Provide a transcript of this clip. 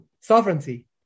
sovereignty